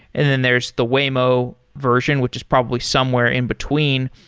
and then there's the waymo version, which is probably somewhere in between.